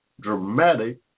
dramatic